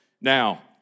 now